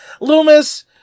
Loomis